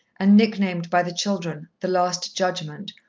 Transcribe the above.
and nicknamed by the children the last judgment,